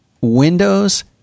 Windows